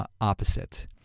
opposite